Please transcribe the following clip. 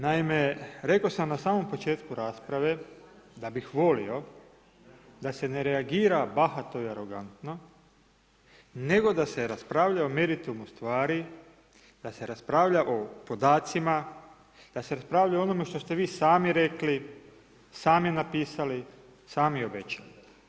Naime, rekao sam na samom početku rasprave da bih volio da se ne reagira bahato i arogantno nego da se raspravlja o meritumu stvari, da se raspravlja o podacima, da se raspravlja o onome što ste vi sami rekli, sami napisali, sami obećali.